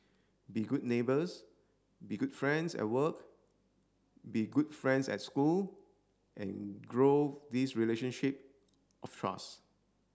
be good neighbours be good friends at work be good friends at school and grow this relationship of trust